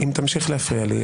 אם תמשיך להפריע לי,